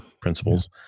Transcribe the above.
Principles